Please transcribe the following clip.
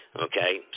Okay